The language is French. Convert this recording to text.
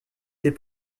ses